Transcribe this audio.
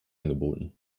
angeboten